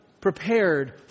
prepared